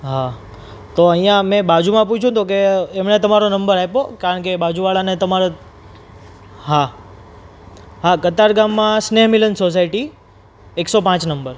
હા તો અહીંયા અમે બાજુમાં પૂછ્યું ને તો કે એમણે તમારો નંબર આપ્યો કારણ કે એ બાજુવાળાને તમારા હા હા કતાર ગામમાં સ્નેહમિલન સોસાયટી એકસો પાંચ નંબર